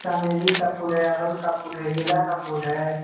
चमेली का फूल है अड़हुल का फूल है गेंदा का है